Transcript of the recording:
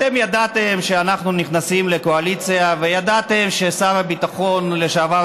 אתם ידעתם שאנחנו נכנסים לקואליציה וידעתם ששר הביטחון לשעבר,